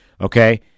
okay